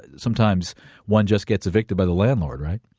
sometimes one just gets evicted by the landlord, right?